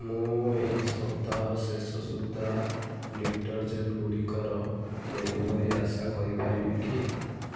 ମୁଁ ଏହି ସପ୍ତାହ ଶେଷ ସୁଦ୍ଧା ଡ଼ିଟର୍ଜେଣ୍ଟ୍ଗୁଡ଼ିକର ଡ଼େଲିଭରି ଆଶା କରିପାରିବି କି